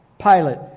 Pilate